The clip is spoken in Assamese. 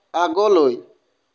আগলৈ